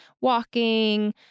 walking